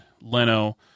Leno